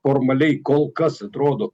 formaliai kol kas atrodo